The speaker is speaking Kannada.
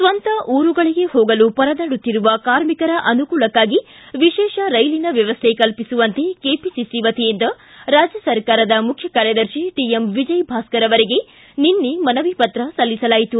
ಸ್ವಂತ ಊರುಗಳಿಗೆ ಹೋಗಲು ಪರದಾಡುತ್ತಿರುವ ಕಾರ್ಮಿಕರ ಅನುಕೂಲಕ್ಕಾಗಿ ವಿಶೇಷ ರೈಲಿನ ವ್ಯವಸ್ಥೆ ಕಲ್ಪಿಸುವಂತೆ ಕೆಪಿಸಿಸಿ ವತಿಯಿಂದ ರಾಜ್ಯ ಸರ್ಕಾರದ ಮುಖ್ಯ ಕಾರ್ಯದರ್ಶಿ ವಿಜಯ ಭಾಸ್ಕರ್ ಅವರಿಗೆ ನಿನ್ನೆ ಮನವಿಪತ್ರ ಸಲ್ಲಿಸಲಾಯಿತು